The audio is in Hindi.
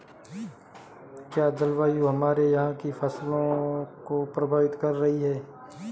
क्या जलवायु हमारे यहाँ की फसल को प्रभावित कर रही है?